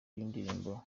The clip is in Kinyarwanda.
y’indirimbo